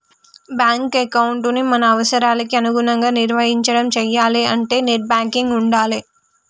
bank ఎకౌంటుని మన అవసరాలకి అనుగుణంగా నిర్వహించడం చెయ్యాలే అంటే నెట్ బ్యాంకింగ్ ఉండాలే